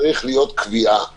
צריכה להיות קביעה,